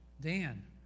Dan